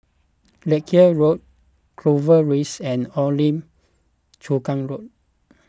Larkhill Road Clover Rise and Old Lim Chu Kang Road